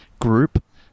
group